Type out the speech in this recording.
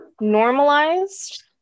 normalized